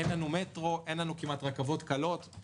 אין לנו מטרו, אין לנו כמעט רכבות קלות.